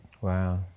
Wow